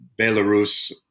belarus